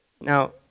Now